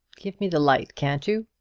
give me the light, can't you?